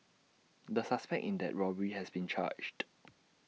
the suspect in that robbery has been charged